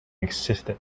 existed